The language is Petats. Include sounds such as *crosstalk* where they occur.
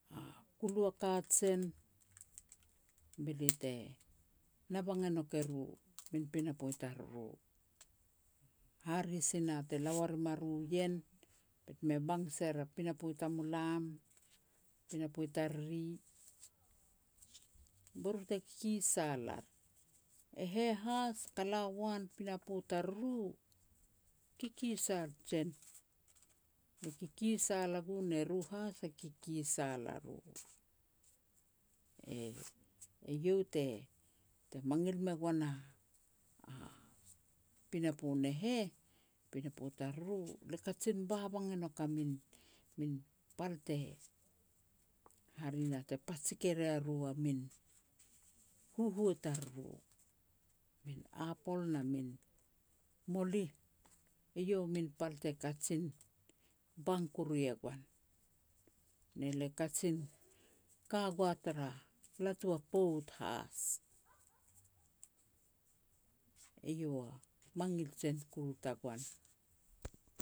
a kulu a kajien, be lia te na bang e nouk eru, min pinapo i taruru. Hare si na te la ua rim a ru ien, bet me bang ser a pinapo tamulam, pinapo i tariri, be ru te kikisal ar. E heh has, taka la uan i pinapo tariru, kikisal jen, lia kikisal a gu ne ru has e kikisal a ru. E-eiau te mangil me goan a-a pinapo ne heh, pinapo tariru, lia kajin babang e nouk a min-min pal te hare na te pajik e ria ru *noise* a min huhua tariru, min apol na min molih, eiau a min pal te kajin bang koru e goan, ne le kajin ka gua tara latu a pout has. *laughs* Eiau mangil jien kuru tagoan.